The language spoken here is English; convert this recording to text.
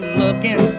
looking